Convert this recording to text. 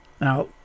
Now